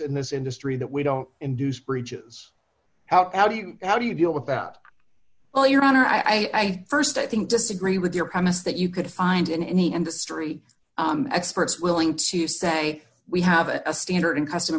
in this industry that we don't induce breaches out how do you how do you deal with that well your honor i st i think disagree with your premise that you could find in any industry experts willing to say we have a standard in customer